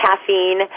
caffeine